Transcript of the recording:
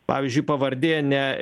pavyzdžiui pavardė ne